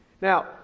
Now